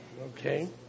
okay